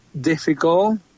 difficult